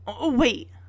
wait